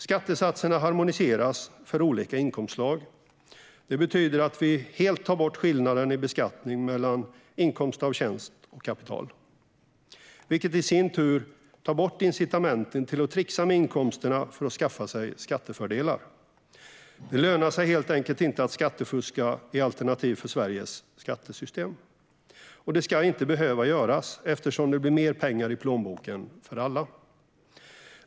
Skattesatserna harmoniseras för olika inkomstslag. Det betyder att vi helt tar bort skillnaderna i beskattning mellan inkomst av tjänst och kapital, vilket i sin tur tar bort incitamenten till att trixa med inkomsterna för att skaffa sig skattefördelar. Det lönar sig helt enkelt inte att skattefuska i Alternativ för Sveriges skattesystem. Skattefusk ska heller inte behövas eftersom det blir mer pengar i plånboken för alla.